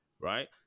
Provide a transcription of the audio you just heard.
right